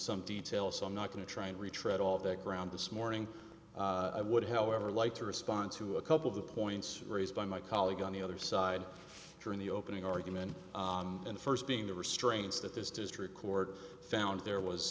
some detail so i'm not going to try and retread all that ground this morning i would however like to respond to a couple of the points raised by my colleague on the other side during the opening argument and first being the restraints that this district court found there